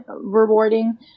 rewarding